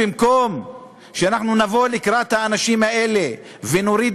במקום שאנחנו נבוא לקראת האנשים האלה ונוריד